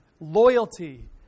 loyalty